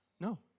no